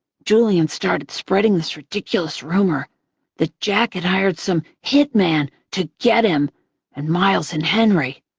julian started spreading this ridiculous rumor that jack had hired some hit man to get him and miles and henry.